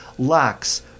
lacks